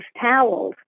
towels